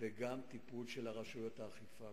וגם טיפול של רשויות האכיפה.